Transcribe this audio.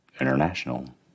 International